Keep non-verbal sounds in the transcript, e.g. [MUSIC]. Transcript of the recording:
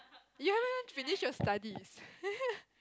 you haven't even finish your studies [LAUGHS]